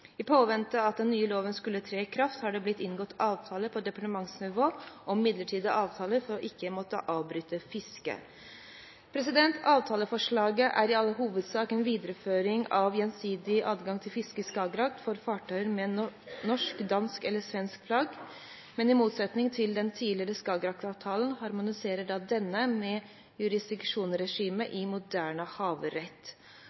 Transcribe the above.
I påvente av at den nye avtalen skulle tre i kraft, har det blitt inngått avtaler på departementsnivå om midlertidige ordninger for ikke å måtte avbryte fisket. Avtaleforslaget er i all hovedsak en videreføring av gjensidig adgang til fiske i Skagerrak for fartøyer med norsk, dansk eller svensk flagg, men i motsetning til den tidligere Skagerrak-avtalen harmoniserer denne med jurisdiksjonsregimet